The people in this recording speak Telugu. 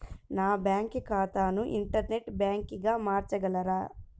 నా బ్యాంక్ ఖాతాని ఇంటర్నెట్ బ్యాంకింగ్గా మార్చగలరా?